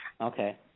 Okay